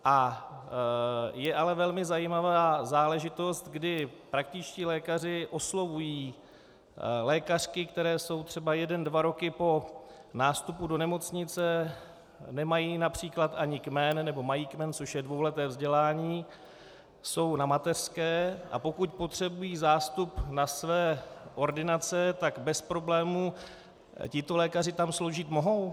A je ale velmi zajímavá záležitost, kdy praktičtí lékaři oslovují lékařky, které jsou třeba jeden dva roky po nástupu do nemocnice, nemají například ani kmen, nebo mají kmen, což je dvouleté vzdělání, jsou na mateřské, a pokud potřebují zástup na své ordinace, tak bez problémů tito lékaři tam sloužit mohou?